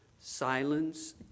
silence